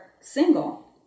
single